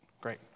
Great